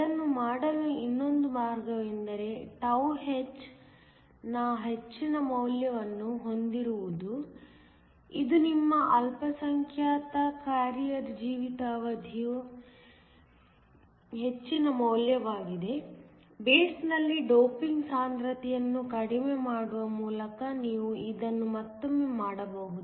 ಅದನ್ನು ಮಾಡಲು ಇನ್ನೊಂದು ಮಾರ್ಗವೆಂದರೆ h ನ ಹೆಚ್ಚಿನ ಮೌಲ್ಯವನ್ನು ಹೊಂದಿರುವುದು ಇದು ನಿಮ್ಮ ಅಲ್ಪಸಂಖ್ಯಾತ ಕ್ಯಾರಿಯರ್ ಜೀವಿತಾವಧಿಯ ಹೆಚ್ಚಿನ ಮೌಲ್ಯವಾಗಿದೆ ಬೇಸ್ನಲ್ಲಿ ಡೋಪಿಂಗ್ ಸಾಂದ್ರತೆಯನ್ನು ಕಡಿಮೆ ಮಾಡುವ ಮೂಲಕ ನೀವು ಇದನ್ನು ಮತ್ತೊಮ್ಮೆ ಮಾಡಬಹುದು